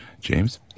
James